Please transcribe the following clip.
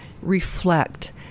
reflect